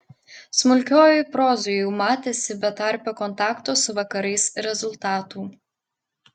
smulkiojoj prozoj jau matėsi betarpio kontakto su vakarais rezultatų